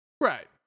Right